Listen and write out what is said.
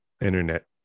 internet